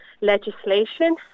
legislation